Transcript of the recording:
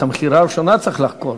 את המכירה הראשונה צריך לחקור,